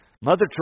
Mother